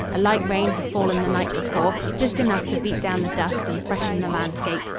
a light rain had fallen the night before, just enough to beat down the dust and freshen the landscape.